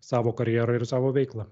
savo karjerą ir savo veiklą